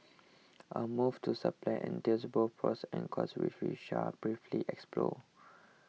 a move to entails both pros and cons which we shall briefly explore